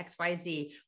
XYZ